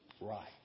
right